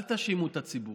אל תאשימו את הציבור.